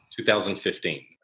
2015